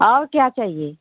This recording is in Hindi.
और क्या चाहिए